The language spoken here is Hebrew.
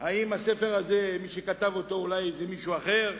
האם הספר הזה, מי שכתב אותו אולי זה מישהו אחר?